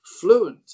fluent